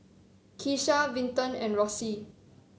Keesha Vinton and Rossie